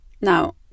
Now